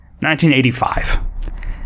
1985